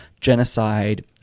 genocide